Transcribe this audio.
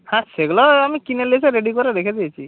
হ্যাঁ সেগুলো আমি কিনে লিখে রেডি করে রেখে দিয়েছি